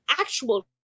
actual